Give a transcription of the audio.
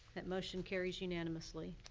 that motion carries unanimously.